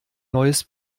neues